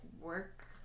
work